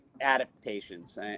adaptations